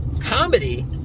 Comedy